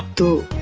do